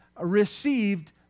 received